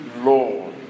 Lord